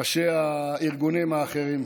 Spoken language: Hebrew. ראשי הארגונים האחרים.